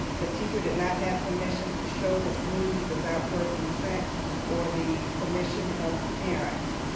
the teacher did not have permission to show this movie without her consent or the permission of the parents.